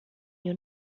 your